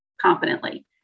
confidently